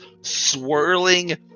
swirling